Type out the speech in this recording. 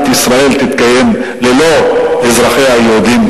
ישראל תתקיים ללא אזרחיה היהודים,